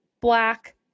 black